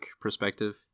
perspective